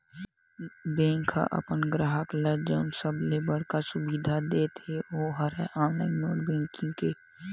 bank ह अपन गराहक ल जउन सबले बड़का सुबिधा देवत हे ओ हरय ऑनलाईन नेट बेंकिंग के